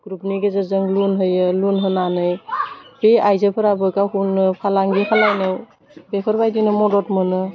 ग्रुपनि गेजेरजों लुन होयो लुन होनानै बि आइजोफोराबो गावखौनो फालांगि खालामनायाव बेफोरबायदिनो मदद मोनो